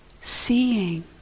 seeing